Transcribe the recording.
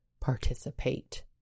participate